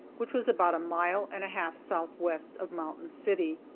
which was about a mile and a half southwest of mountain city,